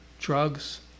drugs